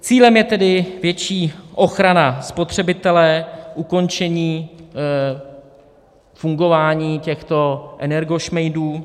Cílem je tedy větší ochrana spotřebitele, ukončení fungování těchto energošmejdů.